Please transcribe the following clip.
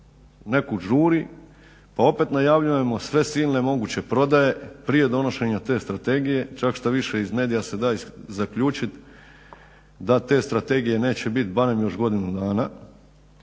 nekud žuri pa opet najavljujemo sve silne moguće prodaje prije donošenja te strategije, čak štoviše iz medija se da zaključiti da te strategije neće biti barem još godinu dana,